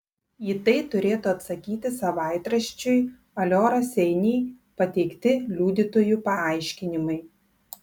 į tai turėtų atsakyti savaitraščiui alio raseiniai pateikti liudytojų paaiškinimai